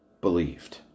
believed